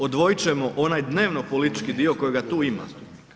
Odvojit ćemo onaj dnevno-politički dio kojega tu ima.